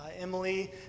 Emily